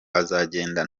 azagenda